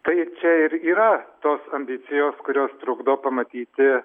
tai čia ir yra tos ambicijos kurios trukdo pamatyti